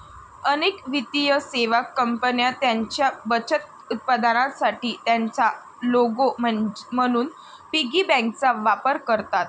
अनेक वित्तीय सेवा कंपन्या त्यांच्या बचत उत्पादनांसाठी त्यांचा लोगो म्हणून पिगी बँकांचा वापर करतात